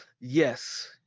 yes